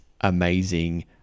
amazing